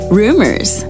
rumors